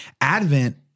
Advent